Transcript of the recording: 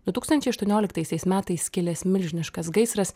du tūkstančiai aštuonioliktaisiais metais kilęs milžiniškas gaisras